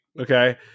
okay